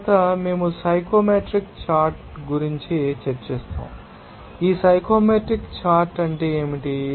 తరువాత మేము psychometric chart గురించి చర్చిస్తాము ఆ సైకోమెట్రిక్ చార్ట్ ఏమిటి